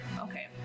Okay